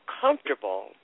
comfortable